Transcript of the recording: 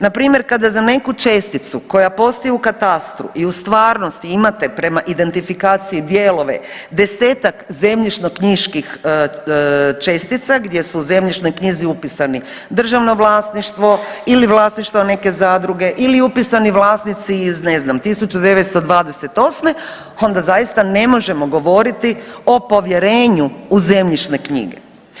Na primjer kada za neku česticu koja postoji u katastru i u stvarnosti imate prema identifikaciji dijelove desetak zemljišnoknjiških čestica gdje su u zemljišnoj knjizi upisani državno vlasništvo ili vlasništvo neke zadruge ili upisani vlasnici iz ne znam 1928. onda zaista ne možemo govoriti o povjerenju u zemljišne knjige.